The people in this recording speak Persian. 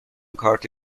کارت